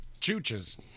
Chooches